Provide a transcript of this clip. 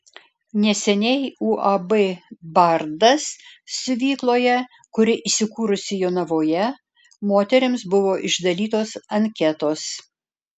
neseniai uab bardas siuvykloje kuri įsikūrusi jonavoje moterims buvo išdalytos anketos